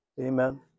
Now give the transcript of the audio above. Amen